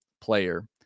player